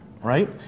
right